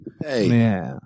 Hey